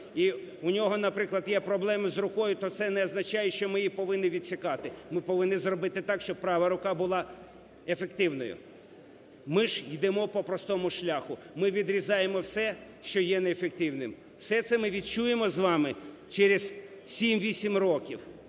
і у нього, наприклад, є проблеми з рукою, то це не означає, що ми її повинні відсікати, ми повинні зробити так, щоб права рука була ефективною. Ми ж ідемо по простому шляху: ми відрізаємо все, що є неефективним. Все це ми відчуємо з вами через 7-8 років,